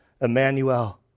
Emmanuel